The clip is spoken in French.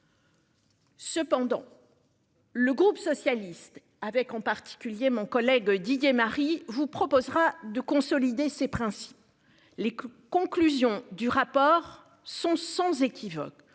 Cependant. Le groupe socialiste avec en particulier mon collègue Didier Marie vous proposera de consolider ses principes. Les conclusions du rapport sont sans équivoque.